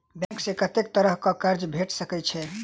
Bank सऽ कत्तेक तरह कऽ कर्जा भेट सकय छई?